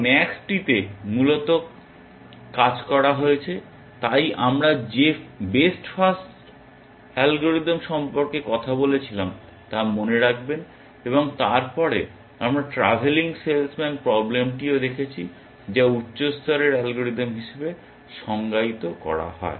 এখন ম্যাক্সটিতে মূলত কাজ করা হয়েছে তাই আমরা যে বেস্ট ফার্স্ট অ্যালগরিদম সম্পর্কে কথা বলেছিলাম তা মনে রাখবেন এবং তারপরে আমরা ট্রাভেলিং সেলসম্যান প্রব্লেমটিও দেখেছি যা উচ্চ স্তরের অ্যালগরিদম হিসেবে সংজ্ঞায়িত করা হয়